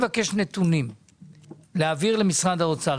להעביר נתונים למשרד האוצר,